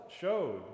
showed